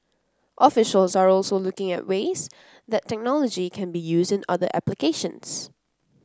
officials are also looking at ways that technology can be used in other applications